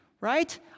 right